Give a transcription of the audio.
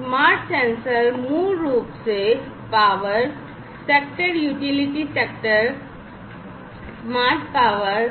smart sensor मूल रूप से power sector utility sector smart power